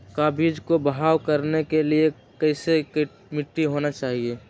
का बीज को भाव करने के लिए कैसा मिट्टी होना चाहिए?